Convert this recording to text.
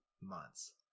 months